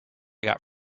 got